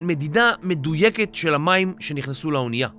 מדידה מדויקת של המים שנכנסו לאונייה.